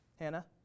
Hannah